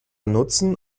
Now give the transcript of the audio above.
nutzen